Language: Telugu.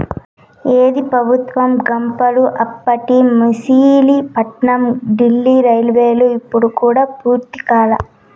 ఏందీ పెబుత్వం గప్పాలు, అప్పటి మసిలీపట్నం డీల్లీ రైల్వేలైను ఇప్పుడు కూడా పూర్తి కాలా